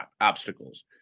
obstacles